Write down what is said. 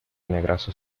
negrazo